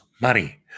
money